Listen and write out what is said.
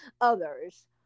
others